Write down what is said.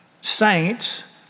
saints